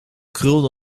krulde